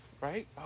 Right